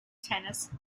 tennis